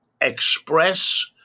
express